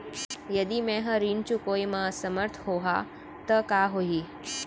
यदि मैं ह ऋण चुकोय म असमर्थ होहा त का होही?